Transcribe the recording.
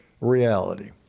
reality